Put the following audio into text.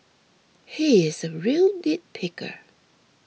he is a real nitpicker